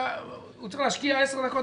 הוא צריך להשקיע עשר דקות,